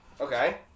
Okay